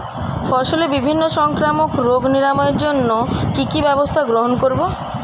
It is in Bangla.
ফসলের বিভিন্ন সংক্রামক রোগ নিরাময়ের জন্য কি কি ব্যবস্থা গ্রহণ করব?